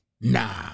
Nah